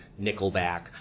nickelback